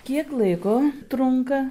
kiek laiko trunka